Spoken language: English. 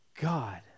God